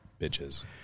bitches